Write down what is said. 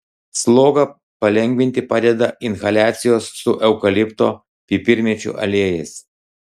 slogą palengvinti padeda inhaliacijos su eukalipto pipirmėčių aliejais